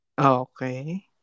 okay